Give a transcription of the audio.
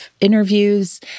interviews